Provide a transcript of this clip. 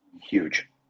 Huge